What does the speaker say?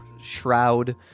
shroud